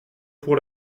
pour